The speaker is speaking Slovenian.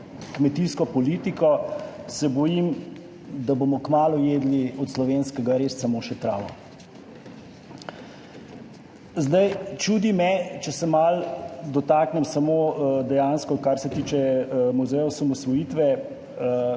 kmetijsko politiko, se bojim, da bomo kmalu jedli od slovenskega res samo še travo. Čudim se – če se malo dotaknem samo dejansko, kar se tiče muzeja osamosvojitve